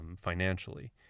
financially